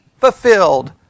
fulfilled